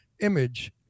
image